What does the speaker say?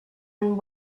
and